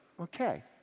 okay